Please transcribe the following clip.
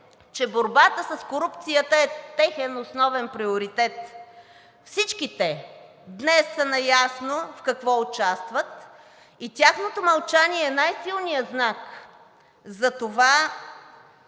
че борбата с корупцията е техен основен приоритет. Всички те днес са наясно в какво участват и тяхното мълчание е най-силният знак за това,